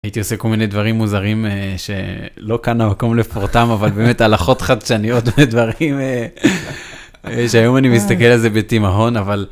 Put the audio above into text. הייתי עושה כל מיני דברים מוזרים שלא כאן המקום לפרטם, אבל באמת הלכות חדשניות, דברים שהיום אני מסתכל על זה בתימהון, אבל...